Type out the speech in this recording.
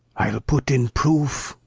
i'u put in proof.